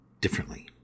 differently